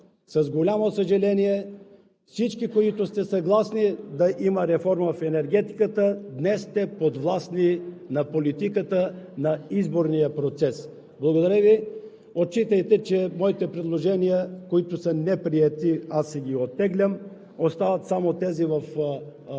С голямо съжаление, всички, които сте съгласни да има реформа в енергетиката, днес сте подвластни на политиката на изборния процес. Благодаря Ви. Отчитайте, че моите предложения, които са неприети, аз ги оттеглям. Остават само тези за